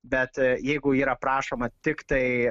bet jeigu yra prašoma tiktai